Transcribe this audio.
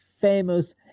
famous